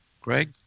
Greg